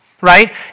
right